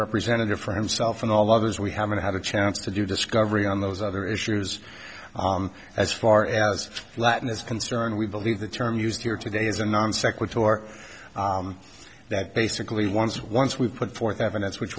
representative for himself and all others we haven't had a chance to do discovery on those other issues as far as latin is concerned we believe the term used here today is a non sequitur or that basically once once we've put forth evidence which